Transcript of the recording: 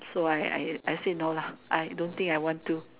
so I I I said no lah I don't think I want to